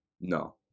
No